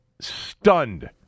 stunned